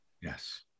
Yes